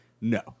no